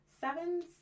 Sevens